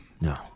No